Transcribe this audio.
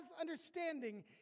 understanding